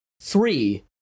Three